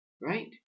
right